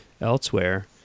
elsewhere